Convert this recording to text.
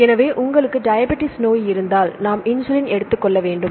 எனவே உங்களுக்கு டயாபடீஸ் நோய் இருந்தால் நாம் இன்சுலின் எடுத்து கொள்ள வேண்டும்